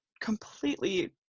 completely